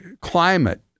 climate